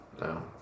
no